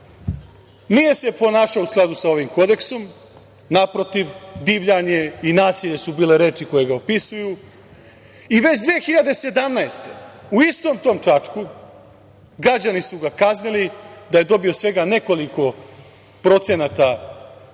nije se ponašao u skladu sa ovim kodeksom, naprotiv, divljanje i nasilje su bile reči koje ga opisuju i već 2017, u istom tom Čačku, građani su ga kaznili da je dobio svega nekoliko procenata na